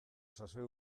sasoi